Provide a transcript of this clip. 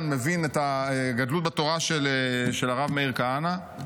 מבין את הגדלות בתורה של הרב מאיר כהנא.